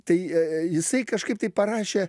tai jisai kažkaip tai parašė